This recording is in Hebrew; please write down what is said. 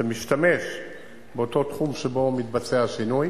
שמשתמש באותו תחום שבו מתבצע השינוי